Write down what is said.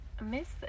Miss